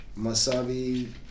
Masabi